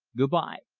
good-by.